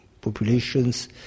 populations